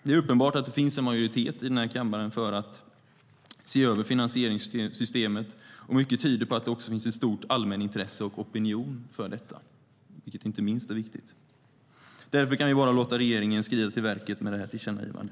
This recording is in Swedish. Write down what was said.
Det är uppenbart att det finns en majoritet i denna kammare för att se över finansieringssystemet, och mycket tyder på att det också finns ett stort allmänintresse och en opinion för detta, vilket inte minst är viktigt. Därför kan vi bara låta regeringen skrida till verket med detta tillkännagivande.